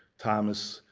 thomas,